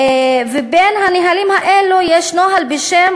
ובין הנהלים האלה יש נוהל בשם,